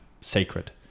sacred